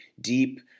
deep